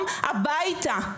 שיחזרו בשלום הביתה,